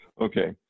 Okay